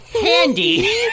Handy